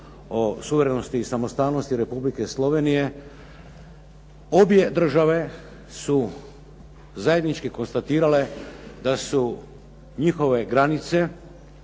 o suverenosti i samostalnosti Republike Slovenije obje države su zajednički konstatirale da su njihove granice